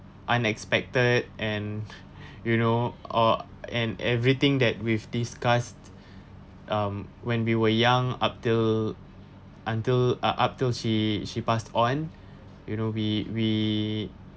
unexpected and you know all and everything that we've discussed um when we were young up till until up up till she she passed on you know we we